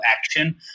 action